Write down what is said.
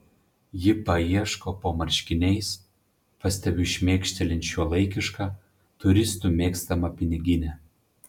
ji paieško po marškiniais pastebiu šmėkštelint šiuolaikišką turistų mėgstamą piniginę